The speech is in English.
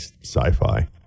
sci-fi